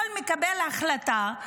כל מקבל החלטה,